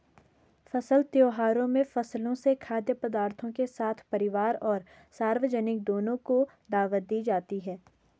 फसल त्योहारों में फसलों से खाद्य पदार्थों के साथ परिवार और सार्वजनिक दोनों को दावत दी जाती है